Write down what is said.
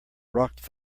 rocked